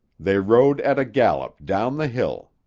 they rode at a gallop down the hill.